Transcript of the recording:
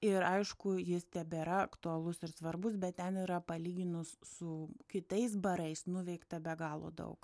ir aišku jis tebėra aktualus ir svarbus bet ten yra palyginus su kitais barais nuveikta be galo daug